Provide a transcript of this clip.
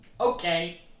Okay